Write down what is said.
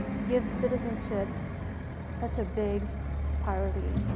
give citizenship such a big priority.